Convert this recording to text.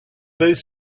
both